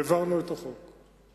העברנו את החוק.